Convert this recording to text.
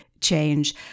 change